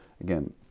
Again